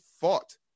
fought